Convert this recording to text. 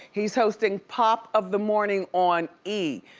he's hosting pop of the morning on e!